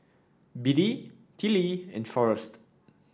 Biddie Tillie and Forrest